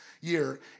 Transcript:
year